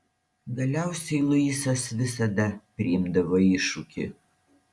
galiausiai luisas visada priimdavo iššūkį